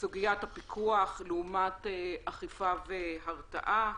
לסוגיית הפיקוח לעומת אכיפה והרתעה;